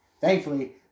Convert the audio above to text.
Thankfully